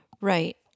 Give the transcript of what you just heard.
Right